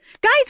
guys